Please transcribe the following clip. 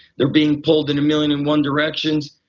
they're being pulled in a million and one directions.